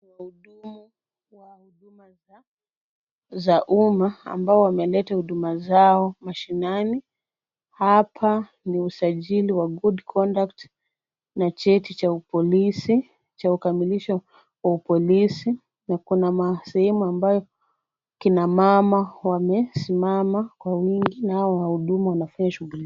Wahudumu wa huduma za umma ambo wameleta huduma zao mashinani. Hapa ni usajili wa good conduct[cs ]na cheti cha upolisi cha ukamilisho wa upolisi na sehemu ambayo kina mama wamesimama kwa wingi nao wahudumu wanafanya shughuli.